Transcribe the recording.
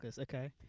okay